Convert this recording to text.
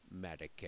Medicare